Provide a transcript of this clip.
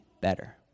better